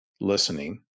listening